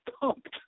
pumped